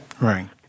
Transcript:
Right